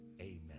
Amen